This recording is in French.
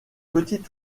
petit